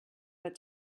but